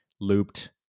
looped